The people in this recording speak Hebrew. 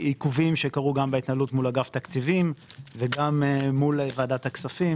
עיכובים שקרו גם בהתנהלות מול אגף תקציבים וגם מול ועדת הכספים,